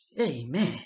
Amen